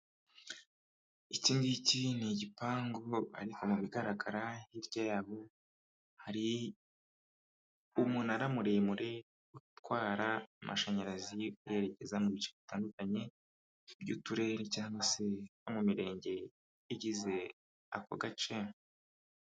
Iki ngiki ni igipangu ariko mu bigaragara hirya yaho hari umunara muremure utwara amashanyarazi, werekeza mu bice bitandukanye by'uturere cyangwa se no mu mirenge igize ako gace.